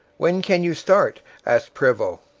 when can you start asked prevost,